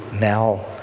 now